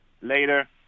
Later